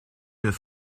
deux